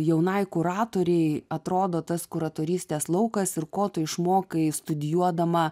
jaunai kuratorei atrodo tas kuratorystės laukas ir ko tu išmokai studijuodama